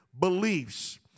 beliefs